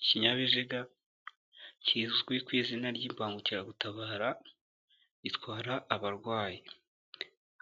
Ikinyabiziga kizwi ku izina ry'imbangukiragutabara gitwara abarwayi,